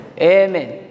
amen